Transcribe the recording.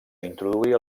introduir